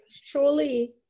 surely